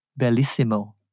Bellissimo